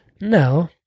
No